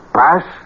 pass